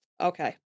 okay